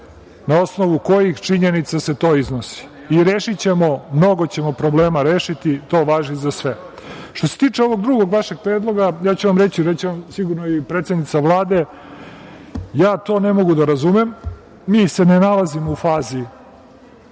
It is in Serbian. na osnovu kojih činjenica se to iznosi i rešićemo, mnogo ćemo problema rešiti, to važi za sve. Što se tiče ovog drugog vašeg predloga, ja ću vam reći, reći će vam sigurno i predsednica Vlade, ja to ne mogu da razumem. Mi se ne nalazimo u fazi